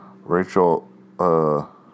Rachel